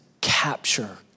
capture